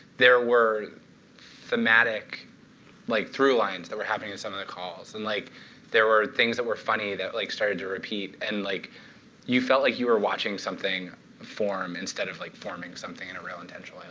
there were thematic like throughlines that were happening in some of the calls. and like there were things that were funny that like started to repeat. and like you felt like you were watching something form, instead of like forming something in a real intentional and